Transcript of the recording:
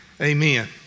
Amen